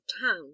town